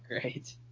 Great